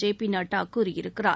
J P Nadda கூறியிருக்கிறார்